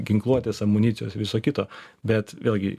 ginkluotės amunicijos viso kito bet vėlgi